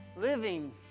living